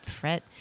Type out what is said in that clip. fret